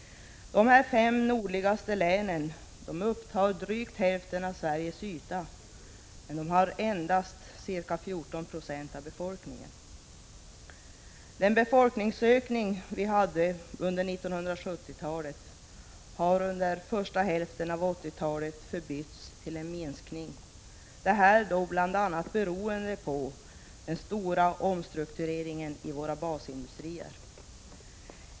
De fem nordligaste länen upptar drygt hälften av Sveriges yta men har endast ca 14 20 av befolkningen. Den befolkningsökning vi hade under 1970-talet har under första delen av 1980-talet förbytts till en minskning, bl.a. beroende på den stora omstruktureringen av våra basindustrier.